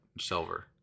Silver